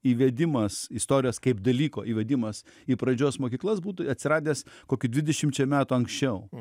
įvedimas istorijos kaip dalyko įvedimas į pradžios mokyklas būtų atsiradęs kokių dvidešimčia metų anksčiau